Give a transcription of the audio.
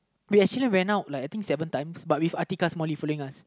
we actually went out like I think seven times but with Atiqah following us